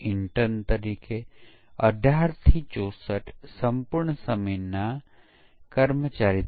હવે આપણે થોડા પ્રશ્નોના જવાબો આપવાનો પ્રયત્ન કરીએ